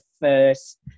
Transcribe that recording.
first